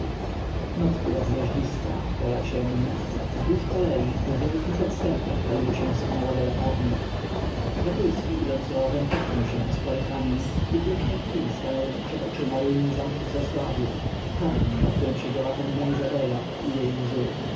noc była gwiaździsta pola ciemne wzdłuż kolei w wielkich odstępach paliły się sygnałowe latarnie wokulski idąc rowem potknął się o spory kamień i w jednej chwili stanęły mu przed oczyma ruiny zamku w zasławiu kamień na którym siedziała panna izabela i jej łzy